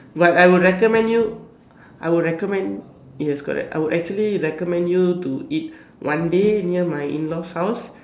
but I would recommend you I would recommend yes correct I would actually recommend you to eat one day near my in-laws house